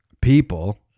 people